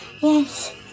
yes